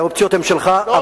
האופציות הן שלך,